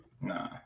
Nah